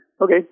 Okay